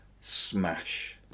smash